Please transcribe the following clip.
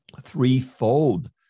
threefold